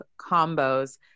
combos